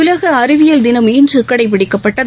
உலக அறிவியல் தினம் இன்று கடைபிடிக்கப்பட்டது